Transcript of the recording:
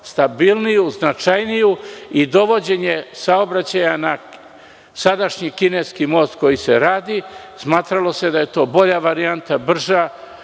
stabilniju, značajniju. Dovođenjem saobraćaja na sadašnji kineski most, koji se radi, smatralo se da je to bolja varijanta, brža